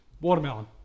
Watermelon